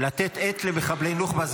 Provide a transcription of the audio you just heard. לתת עט למחבלי הנוח'בה.